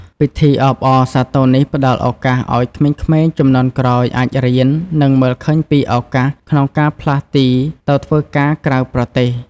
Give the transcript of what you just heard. ពិធីអបអរសាទរនេះផ្តល់ឱកាសឱ្យក្មេងៗជំនាន់ក្រោយអាចរៀន និងមើលឃើញពីឱកាសក្នុងការផ្លាស់ទីទៅធ្វើការក្រៅប្រទេស។